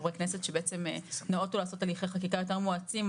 חברי הכנסת שבעצם ניאותו לעשות הליכי חקיקה יותר מואצים,